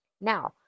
Now